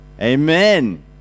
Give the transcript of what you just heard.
Amen